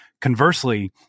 Conversely